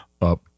up